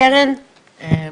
קרן, בבקשה.